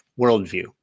worldview